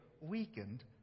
weakened